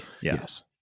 yes